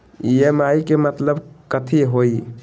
EMI के मतलब कथी होई?